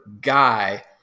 guy